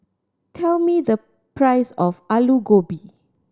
tell me the price of Alu Gobi